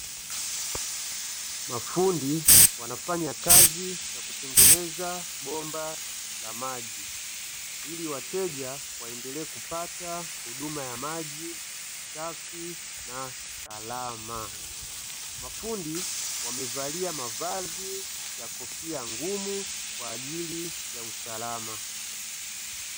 Mafundi wanafanya kazi ya kutengeneza bomba la maji, ili wateja waendelee kupata huduma ya maji safi na salama. Mafundi wamevalia mavazi na kofia ngumu kw ajili ya usalama.